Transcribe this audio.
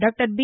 doctor B